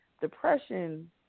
Depression